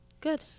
good